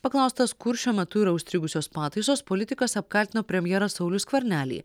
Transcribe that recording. paklaustas kur šiuo metu yra užstrigusios pataisos politikas apkaltino premjerą saulių skvernelį